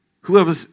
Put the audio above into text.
Whoever